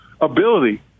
ability